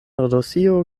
rusio